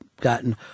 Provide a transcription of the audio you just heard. gotten